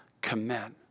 commit